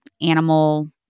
animal